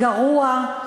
גרוע,